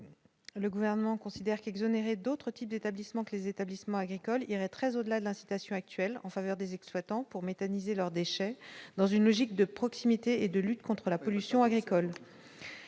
Le gouvernement considère d'autres types d'établissements que les établissements agricoles irait très au-delà de la situation actuelle en faveur des exploitants pour méthane ils aident leurs déchets dans une logique de proximité et de lutte contre la pollution agricole